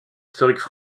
historiques